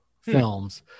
films